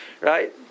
right